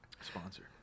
sponsor